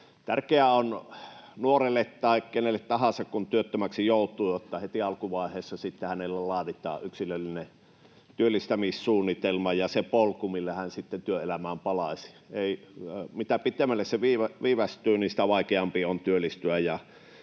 Tärkeää on nuorelle tai kenelle tahansa, kun työttömäksi joutuu, että heti alkuvaiheessa hänelle laaditaan yksilöllinen työllistämissuunnitelma ja se polku, millä hän sitten työelämään palaisi. Mitä pitemmälle se viivästyy, sitä vaikeampaa on työllistyä.